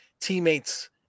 teammates